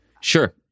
Sure